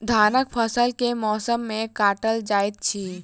धानक फसल केँ मौसम मे काटल जाइत अछि?